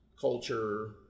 culture